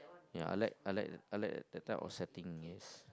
ya I like I like I like that type of setting yes